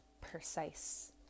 precise